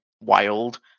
wild